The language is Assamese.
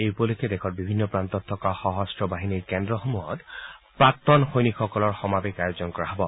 এই উপলক্ষে দেশৰ বিভিন্ন প্ৰান্তত থকা সশস্ত্ৰ বাহিনীৰ কেন্দ্ৰসমূহত প্ৰাক্তন সৈনিকসকলৰ সমাৱেশৰ আয়োজন কৰা হ'ব